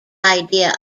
idea